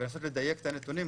ולנסות לדייק את הנתונים.